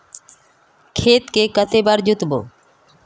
खेत के कते बार जोतबे?